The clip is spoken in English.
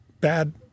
Bad